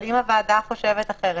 אבל אם הוועדה חושבת אחרת,